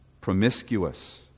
Promiscuous